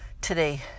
today